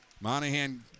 Monahan